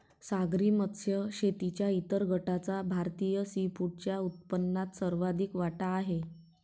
सागरी मत्स्य शेतीच्या इतर गटाचा भारतीय सीफूडच्या उत्पन्नात सर्वाधिक वाटा आहे